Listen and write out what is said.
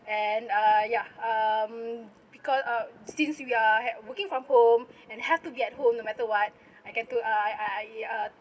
and uh ya um because uh since we are had working from home and have to be at home no matter what I can took I I uh